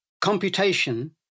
computation